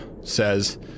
says